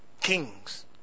Kings